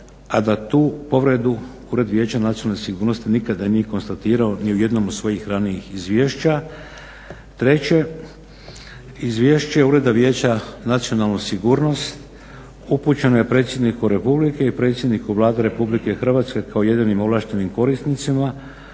a da tu povredu Ured vijeća nacionalne sigurnosti nikada nije konstatirao ni u jednom od svojih ranijih izvješća. 3. Izvješće Ureda vijeća za nacionalnu sigurnost upućeno je predsjedniku Republike i predsjedniku Vlade RH kao jedinim ovlaštenim korisnicima